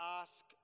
ask